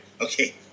Okay